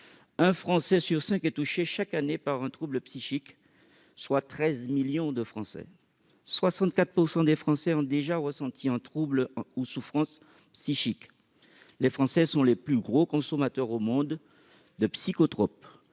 Un Français sur cinq est touché, chaque année, par un trouble psychique, soit 13 millions d'entre eux ; 64 % des Français ont déjà ressenti un trouble ou une souffrance psychique ; les Français sont les plus gros consommateurs au monde de psychotropes